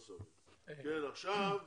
כן, עכשיו,